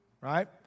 right